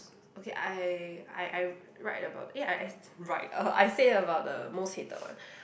okay I I I write about eh I write I say about the most hated one